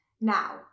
Now